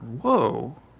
Whoa